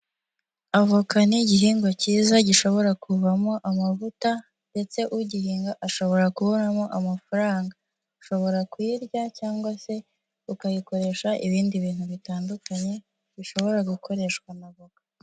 Avoka ni igihingwa cyiza gishobora kuvamo amavuta, ndetse ugihinga ashobora Kubonamo amafaranga, ushobora kuyirya cyangwa se ukayikoresha ibindi bintu bitandukanye bishobora gukoreshwa na voka.